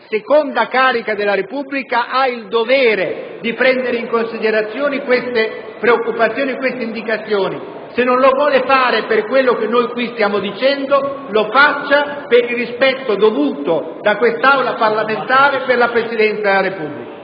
seconda carica della Repubblica, ha il dovere di prendere in considerazione queste preoccupazioni e indicazioni. Se non lo vuole fare per quanto le stiamo dicendo in questa sede, lo faccia per il rispetto dovuto da quest'Aula parlamentare alla Presidenza della Repubblica.